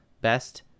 best